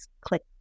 Click